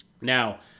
Now